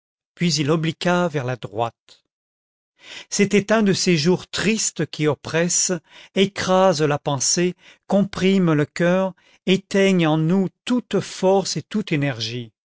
puis il obliqua vers la droite c'était un de ces jours tristes qui oppressent écrasent la pensée compriment le coeur éteignent en nous toute force et toute énergie